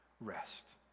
Rest